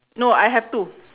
no I have two